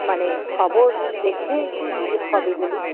মানে খবর দেখে কী হবে বলুন